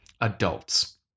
adults